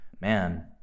man